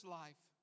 life